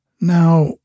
Now